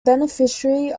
beneficiary